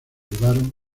llevaron